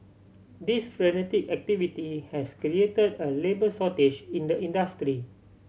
this frenetic activity has created a labour shortage in the industry